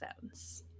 phones